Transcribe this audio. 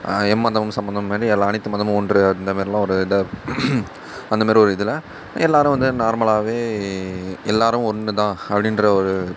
எம்மதமும் சம்மதம் மாரி எல்லா அனைத்து மதமும் ஒன்று அந்த மாரிலாம் ஒரு இது அந்தமாரி ஒரு இதில் எல்லோரும் வந்து நார்மலாகவே எல்லோரும் ஒன்றுதான் அப்படின்ற ஒரு